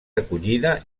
acollida